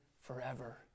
forever